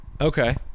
Okay